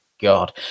God